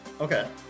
Okay